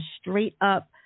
straight-up